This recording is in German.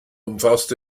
umfasst